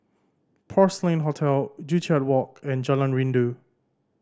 Porcelain Hotel Joo Chiat Walk and Jalan Rindu